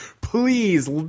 please